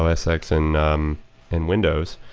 osx and um and windows.